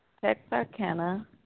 Texarkana